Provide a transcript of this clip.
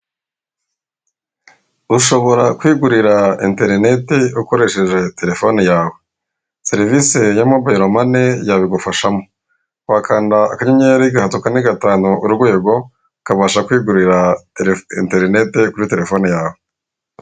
Ushobora kwigurira interineti ukoresheje telefone yawe. Serivise ya mobayilo mane yabigufashamo. Wakanda akanyenyeri gatatu kane gatanu urwego, ukabasha kwigurira tele interinete kuri telefone yawe.